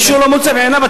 מי שלא מוצא חן בעיניו,